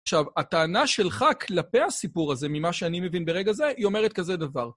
עכשיו, הטענה שלך כלפי הסיפור הזה, ממה שאני מבין ברגע זה, היא אומרת כזה דבר.